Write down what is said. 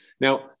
Now